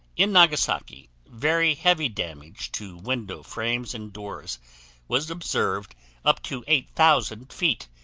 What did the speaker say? in nagasaki, very heavy damage to window frames and doors was observed up to eight thousand feet,